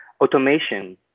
automation